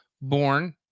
born